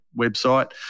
website